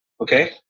okay